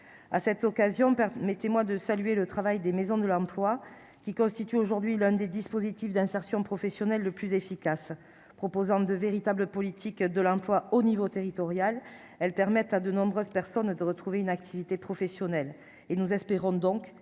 à cette occasion, permettez-moi de saluer le travail des maisons de l'emploi qui constitue aujourd'hui l'un des dispositifs d'insertion professionnelle, le plus efficace, proposant de véritables politiques de l'emploi au niveau territorial, elle permet à de nombreuses personnes de retrouver une activité professionnelle et nous espérons donc